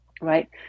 right